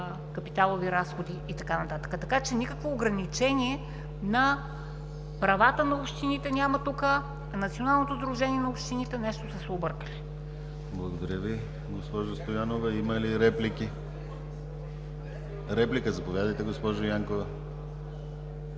капиталови разходи и така нататък. Така че никакво ограничение на правата на общините няма тук. От Националното сдружение на общините нещо са се объркали. ПРЕДСЕДАТЕЛ ДИМИТЪР ГЛАВЧЕВ: Благодаря Ви, госпожо Стоянова. Има ли реплики? Заповядайте, госпожо Янкова.